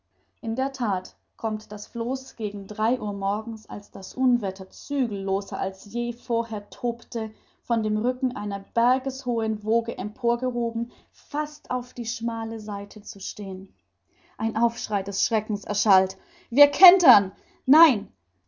in der that kommt das floß gegen drei uhr morgens als das unwetter zügelloser als je vorher tobte von dem rücken einer bergeshohen woge empor gehoben fast auf die schmale seite zu stehen ein aufschrei des schreckens erschallt wir kentern nein